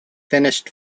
finished